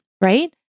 right